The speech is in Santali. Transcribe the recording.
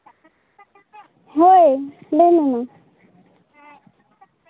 ᱦᱮᱸ ᱞᱟᱹᱭ ᱢᱮ ᱢᱟ